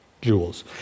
jewels